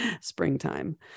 springtime